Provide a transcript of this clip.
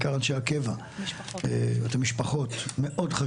בעיקר אנשי הקבע, את המשפחות, זה חשוב מאוד.